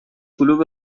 کلوب